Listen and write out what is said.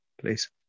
Please